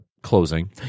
closing